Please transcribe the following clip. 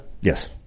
Yes